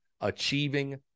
achieving